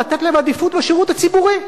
לתת להם עדיפות בשירות הציבורי?